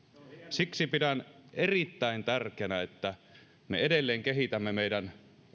siksi pidän erittäin tärkeänä että me edelleen kehitämme meidän